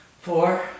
four